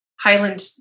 highland